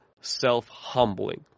self-humbling